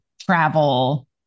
travel